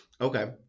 Okay